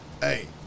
hey